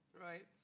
right